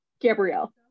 Gabrielle